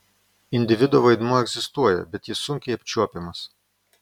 individo vaidmuo egzistuoja bet jis sunkiai apčiuopiamas